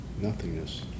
Nothingness